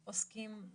שעוסקים